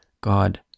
god